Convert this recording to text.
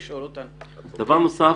נוסף,